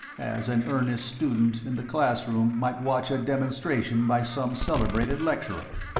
as an earnest student in the class-room might watch a demonstration by some celebrated lecturer.